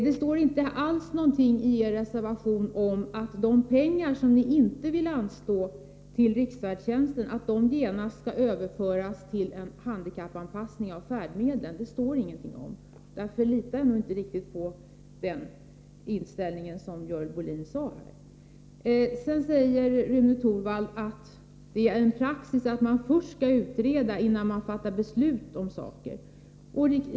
Det står inte någonting i er reservation om att de pengar som ni inte vill anslå till riksfärdtjänsten genast skall överföras till en handikappanpassning av färdmedlen. Därför litar jag inte riktigt på det som Görel Bohlin här sade. Rune Torwald säger att det är en praxis att man först skall utreda innan man fattar beslut om saker.